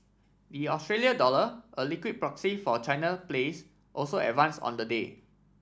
the Australia dollar a liquid proxy for China plays also advanced on the day